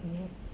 um